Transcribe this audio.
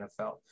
NFL